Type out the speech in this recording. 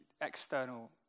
external